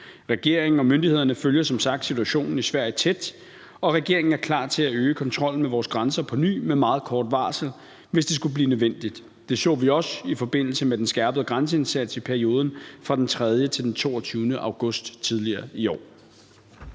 Regeringen og myndighederne følger som sagt situationen i Sverige tæt, og regeringen er klar til at øge kontrollen med vores grænser på ny med meget kort varsel, hvis det skulle blive nødvendigt. Det så vi også i forbindelse med den skærpede grænseindsats i perioden fra den 3. til den 22. august tidligere i år.